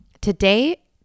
today